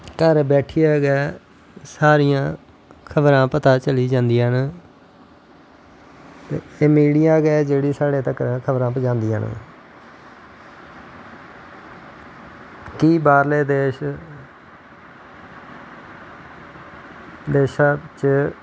घर बैठियै गै सारियां खबरां पता चली जंदियां नै ते एह् मीडिया गै न जेह्ड़ा स्हाड़ै तक्कर खबरां पज़ांदियां न केंई बाह्रले देश देशां च